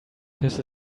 this